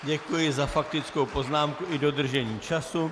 Děkuji za faktickou poznámku i dodržení času.